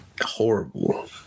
horrible